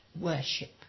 worship